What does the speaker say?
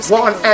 one